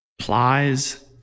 plies